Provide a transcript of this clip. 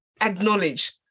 acknowledge